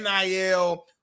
NIL